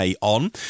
On